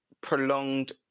prolonged